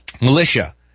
militia